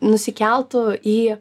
nusikeltų į